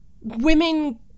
women